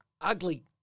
Ugly